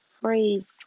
phrase